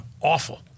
awful